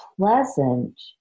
pleasant